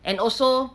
and also